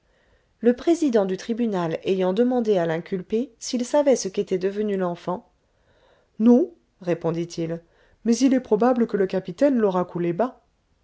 le président du tribunal ayant demandé à l'inculpé s'il savait ce qu'était devenu l'enfant non répondit-il mais il est probable que le capitaine l'aura coulé bas